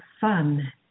fun